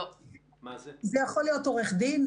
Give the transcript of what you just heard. זה יכול להיות עורך דין,